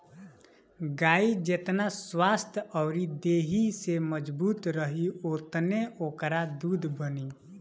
गाई जेतना स्वस्थ्य अउरी देहि से मजबूत रही ओतने ओकरा दूध बनी